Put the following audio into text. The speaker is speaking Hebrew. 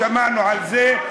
שמענו על זה.